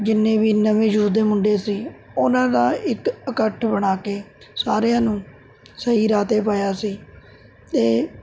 ਜਿੰਨੇ ਵੀ ਨਵੇਂ ਯੂਥ ਦੇ ਮੁੰਡੇ ਸੀ ਉਹਨਾਂ ਦਾ ਇੱਕ ਇਕੱਠ ਬਣਾ ਕੇ ਸਾਰਿਆਂ ਨੂੰ ਸਹੀ ਰਾਹ 'ਤੇ ਪਾਇਆ ਸੀ ਅਤੇ